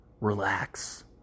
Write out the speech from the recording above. Relax